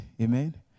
Amen